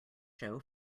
show